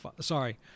Sorry